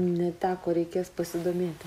neteko reikės pasidomėti